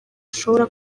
ashobora